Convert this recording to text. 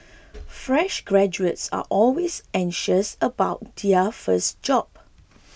fresh graduates are always anxious about their first job